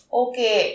okay